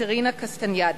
קטרינה קסטניאדה,